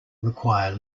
require